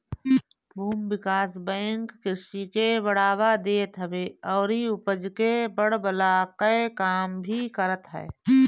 भूमि विकास बैंक कृषि के बढ़ावा देत हवे अउरी उपज के बढ़वला कअ काम भी करत हअ